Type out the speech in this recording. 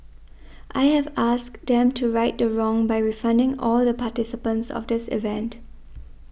I have asked them to right the wrong by refunding all the participants of this event